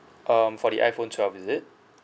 um for the iphone twelve is it